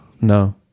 No